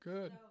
Good